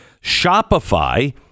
Shopify